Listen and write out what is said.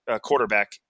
quarterback